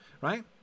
right